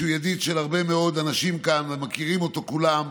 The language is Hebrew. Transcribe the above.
שהוא ידיד של הרבה מאוד אנשים כאן ומכירים אותו כולם,